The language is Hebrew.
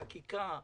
בחקיקה,